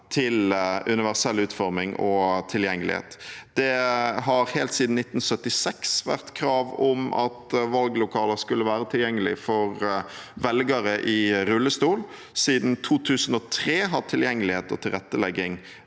til universell utforming og tilgjengelighet. Det har helt siden 1976 vært krav om at valglokaler skulle være tilgjengelige for velgere i rullestol. Siden 2003 har tilgjengelighet og tilrettelegging